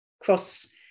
cross